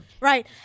Right